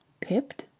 pipped?